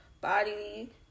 body